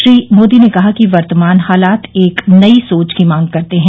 श्री मोदी ने कहा कि वर्तमान हालात एक नई सोच की मांग करते हैं